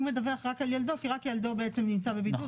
הוא מדווח על ילדו כי רק ילדו נמצא בבידוד.